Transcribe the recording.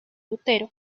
lutero